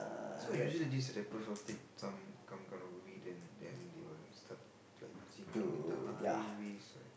so usually these rappers all take some come kind of weed then they will start like singing the high risk right